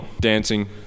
dancing